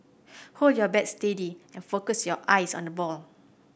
hold your bat steady and focus your eyes on the ball